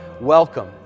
welcome